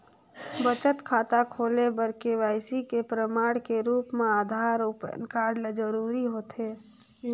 बचत खाता खोले बर के.वाइ.सी के प्रमाण के रूप म आधार अऊ पैन कार्ड ल जरूरी होथे